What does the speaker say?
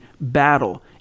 battle